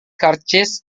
karcis